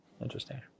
Interesting